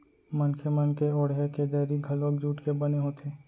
मनखे मन के ओड़हे के दरी घलोक जूट के बने होथे